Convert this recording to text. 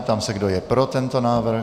Ptám se, kdo je pro tento návrh.